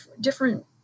different